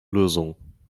lösung